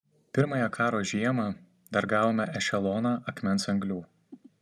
pirmąją karo žiemą dar gavome ešeloną akmens anglių